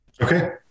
Okay